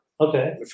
Okay